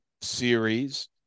series